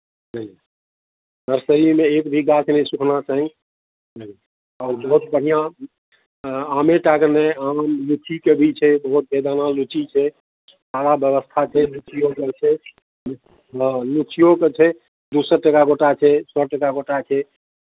नहि नर्सरीमे एक भी गाछ नहि सूखना चाही हँ आओर बहुत बढ़िआँ आमे टाके नहि आम लीचीके भी छै बहुत बेदाना लीची छै सारा व्यवस्था छै लीचीओके छै हँ लीचीओके छै दू सए टाका गोटाके सए टाका गोटाके